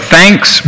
Thanks